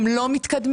הם לא מתקדמים?